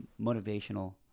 motivational